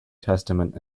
testament